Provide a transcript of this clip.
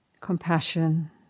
Compassion